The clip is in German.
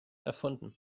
erfunden